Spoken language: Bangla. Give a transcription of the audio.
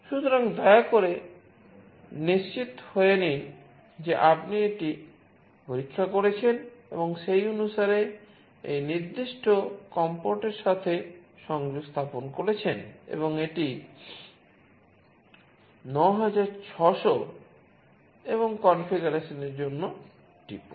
সুতরাং দয়া করে নিশ্চিত হয়ে নিন যে আপনি এটি পরীক্ষা করেছেন এবং সেই অনুসারে সেই নির্দিষ্ট কম পোর্টের সাথে সংযোগ স্থাপন করেছেন এবং এটি 9600 এবং কনফিগারেশনের জন্য টিপুন